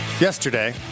yesterday